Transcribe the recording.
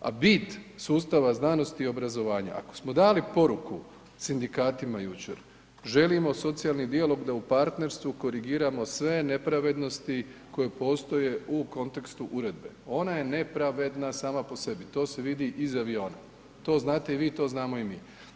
a bit sustava znanosti i obrazovanja ako smo dali poruku sindikatima jučer želimo socijalni dijalog da u partnerstvu korigiramo sve nepravednosti koje postoje u kontekstu uredbe, ona je nepravedna sama po sebi, to se vidi iz aviona, to znate i vi, to znamo i mi.